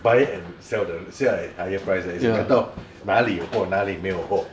buy it and sell at higher price eh it's a matter of 哪里有货哪里没有货